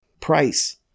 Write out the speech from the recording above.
Price